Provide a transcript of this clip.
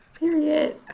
period